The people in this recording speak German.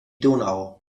donau